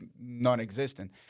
non-existent